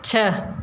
छओ